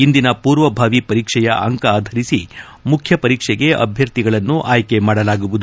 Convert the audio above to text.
ಇಂದಿನ ಪೂರ್ವಭಾವಿ ಪರೀಕ್ಷೆಯ ಅಂಕ ಆಧರಿಸಿ ಮುಖ್ಯ ಪರೀಕ್ಷೆಗೆ ಅಭ್ಯರ್ಥಿಗಳನ್ನು ಆಯ್ಲೆ ಮಾಡಲಾಗುವುದು